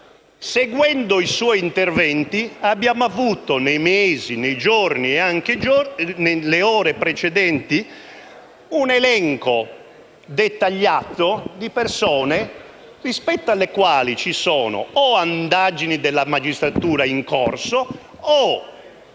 Seguendo i suoi interventi abbiamo avuto, nei mesi, nei giorni e nelle ore precedenti, un elenco dettagliato di persone rispetto alle quali ci sono indagini della magistratura in corso o